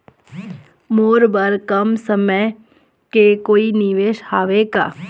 मोर बर कम समय के कोई निवेश हावे का?